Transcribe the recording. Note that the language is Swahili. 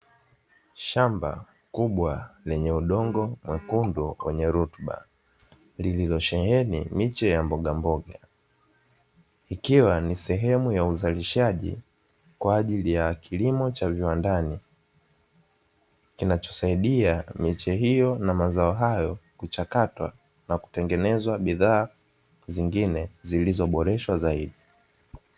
Shamba kubwa lenye udongo mwekundu wenye rutuba zilizosheheni miche ya mbogamboga, ikiwa ni sehemu ya uzalishaji kwa ajili ya kilimo cha viwandani, kinachosaidia miche hiyo na mazao hayo kuchakatwa na kutengeneza bidhaa zingine zilizoboreshwa zaidi.